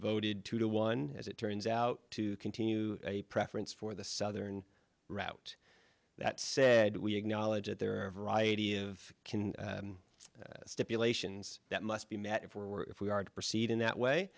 voted two to one as it turns out to continue a preference for the southern route that said we acknowledge that there are a variety of can stipulations that must be met if we are to proceed in that